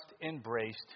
embraced